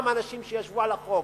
גם אנשים שישבו על החוק,